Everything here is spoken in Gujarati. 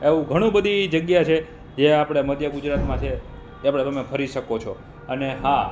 એવું ઘણું બધી જગ્યા છે જે આપણે મધ્ય ગુજરાતમાં છે ત્યાં પણ તમે ફરી શકો છો અને હા